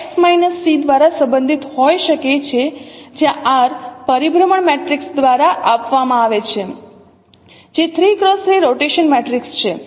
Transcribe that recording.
તેથી આ Xc R દ્વારા સંબંધિત હોઈ શકે છે જ્યાં R પરિભ્રમણ મેટ્રિક્સ દ્વારા આપવામાં આવે છે જે 3 x 3 રોટેશન મેટ્રિક્સ છે